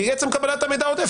כי עצם קבלת המידע העודף,